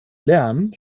lernen